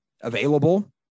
available